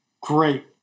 Great